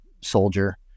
soldier